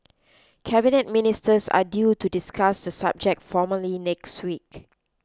Cabinet Ministers are due to discuss the subject formally next week